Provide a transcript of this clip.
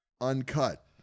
uncut